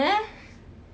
no lah